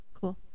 Cool